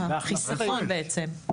החיסכון בעצם.